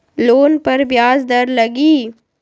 Loan पर ब्याज दर लगी?